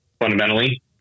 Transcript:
fundamentally